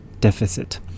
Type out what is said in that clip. deficit